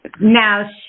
Now